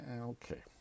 okay